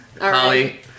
Holly